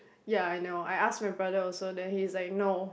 ya I know I ask my brother also then he's like no